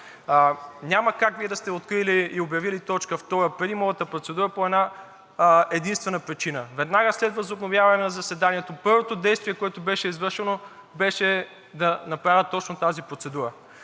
Няма как Вие да сте открили и обявили точка втора преди моята процедура по една-единствена причина – веднага след възобновяване на заседанието първото действие, което беше извършено, беше да направя точно тази процедура.